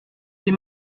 les